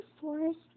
forest